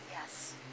Yes